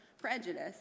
prejudice